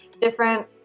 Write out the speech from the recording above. different